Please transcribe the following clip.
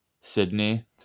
Sydney